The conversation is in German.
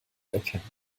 erkennen